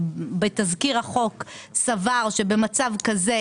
בתזכיר החוק משרד האוצר סבר שבמצב כזה,